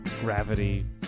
gravity